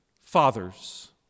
fathers